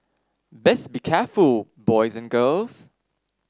best be careful boys and girls